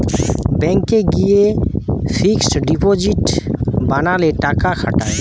ব্যাংকে গিয়ে fixed deposit বানালে টাকা খাটায়